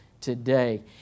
today